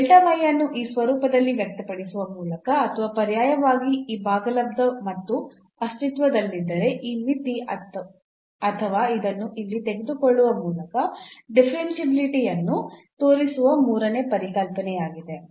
ಈ ಅನ್ನು ಈ ಸ್ವರೂಪದಲ್ಲಿ ವ್ಯಕ್ತಪಡಿಸುವ ಮೂಲಕ ಅಥವಾ ಪರ್ಯಾಯವಾಗಿ ಈ ಭಾಗಲಬ್ಧ ಮತ್ತು ಅಸ್ತಿತ್ವದಲ್ಲಿದ್ದರೆ ಈ ಮಿತಿ ಅಥವಾ ಇದನ್ನು ಇಲ್ಲಿ ತೆಗೆದುಕೊಳ್ಳುವ ಮೂಲಕ ಡಿಫರೆನ್ಷಿಯಾಬಿಲಿಟಿ ಅನ್ನು ತೋರಿಸುವ ಮೂರನೇ ಪರಿಕಲ್ಪನೆಯಾಗಿದೆ